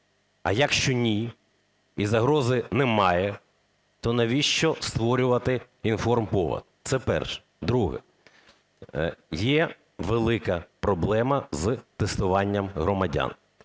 А якщо ні і загрози немає, то навіщо створювати информповод? Це перше. Друге. Є велика проблема з тестуванням громадян.